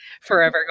forever